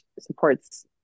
supports